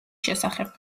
შესახებ